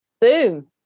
boom